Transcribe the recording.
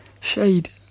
shade